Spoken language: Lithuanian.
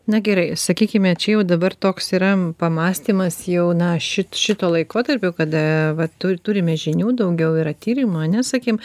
na gerai sakykime čia jau dabar toks yra pamąstymas jau na ši šito laikotarpio kada va tu turime žinių daugiau yra tyrimų ane sakykim